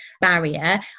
barrier